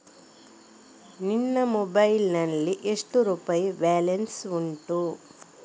ನಿನ್ನ ಮೊಬೈಲ್ ನಲ್ಲಿ ಎಷ್ಟು ರುಪಾಯಿ ಬ್ಯಾಲೆನ್ಸ್ ಉಂಟು?